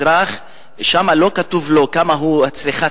אנחנו ממשיכים.